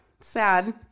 Sad